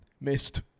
Missed